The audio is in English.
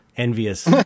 envious